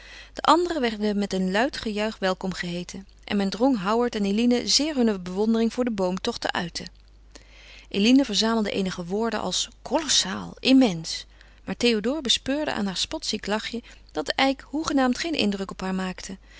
de anderen werden met een luid gejuich welkom geheeten en men drong howard en eline zeer hunne bewondering voor den boom toch te uiten eline verzamelde eenige woorden als kolossaal immens maar théodore bespeurde aan haar spotziek lachje dat de eik hoegenaamd geen indruk op haar maakte